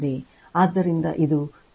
ಆದ್ದರಿಂದ ಇದು XLRL XL2ಆಗಿದೆ